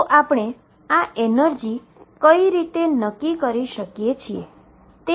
તોઆપણે આ એનર્જી કેવી રીતે નક્કી કરી શકીએ